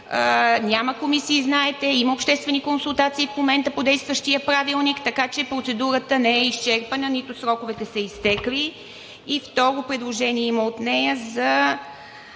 Няма комисии, знаете, има обществени консултации в момента по действащия правилник, така че процедурата не е изчерпана, нито сроковете са изтекли. И второ предложение има от нея –